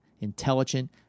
intelligent